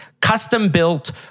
custom-built